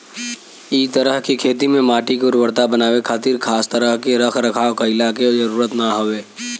इ तरह के खेती में माटी के उर्वरता बनावे खातिर खास तरह के रख रखाव कईला के जरुरत ना हवे